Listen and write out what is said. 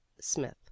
Smith